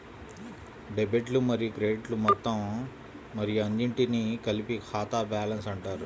డెబిట్లు మరియు క్రెడిట్లు మొత్తం మరియు అన్నింటినీ కలిపి ఖాతా బ్యాలెన్స్ అంటారు